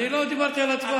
אני לא דיברתי על הצבעה.